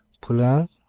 poulin,